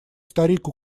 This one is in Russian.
старик